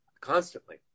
Constantly